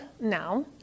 now